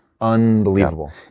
unbelievable